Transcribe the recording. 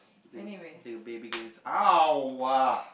they'll they'll baby games !ow! uh